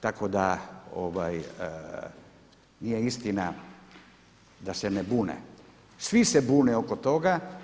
Tako da nije istina da se ne bune, svi se bune oko toga.